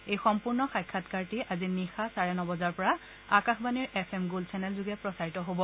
এই সম্পূৰ্ণ সাক্ষাৎকাৰটি আজি নিশা চাৰে ন বজাৰ পৰা আকাশবাণীৰ এফ এম গ'ল্ড চেনেলযোগে প্ৰচাৰিত হ'ব